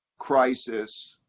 crisis,